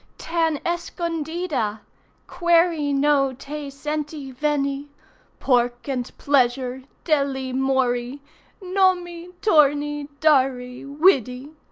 tan escondida query no te senty venny pork and pleasure, delly morry nommy, torny, darry, widdy!